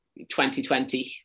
2020